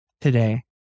today